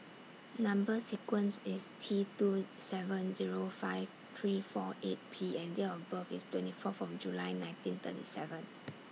Number sequence IS T two seven Zero five three four eight P and Date of birth IS twenty Fourth of July nineteen thirty seven